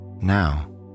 Now